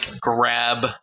grab